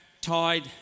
tied